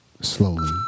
Slowly